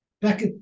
Back